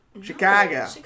Chicago